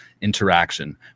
interaction